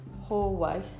hallway